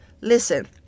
Listen